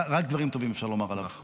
רק דברים טובים אפשר לומר עליו.